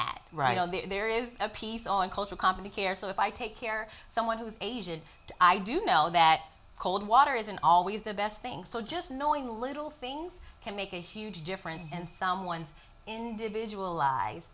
that right now there is a piece on culture company care so if i take care of someone who's asian i do know that cold water isn't always the best thing so just knowing little things can make a huge difference in someone's individual